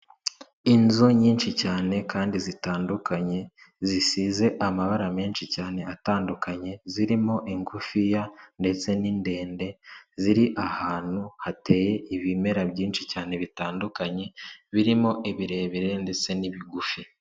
Inzu nyinshi cyane kandi zitandukanye zisize amabara menshi cyane atandukanye, zirimo ingufiya ndetse n'indende; ziri ahantu hateye ibimera byinshi cyane bitandukanye, birimo ibirebire ndetse n'ibigufi.